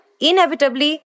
inevitably